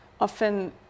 often